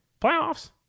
Playoffs